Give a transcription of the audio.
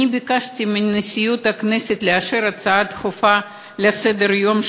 ביקשתי מנשיאות הכנסת לאשר הצעה דחופה לסדר-היום,